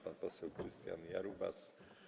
Pan poseł Krystian Jarubas.